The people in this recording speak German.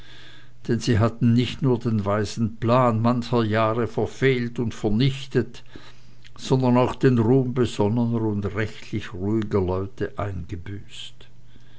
denn sie hatten nicht nur den weisen plan mancher jahre verfehlt und vernichtet sondern auch den ruhm besonnener und rechtlich ruhiger leute eingebüßt